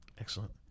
excellent